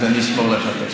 אז אני אשמור לך את התשובה.